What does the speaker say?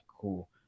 cool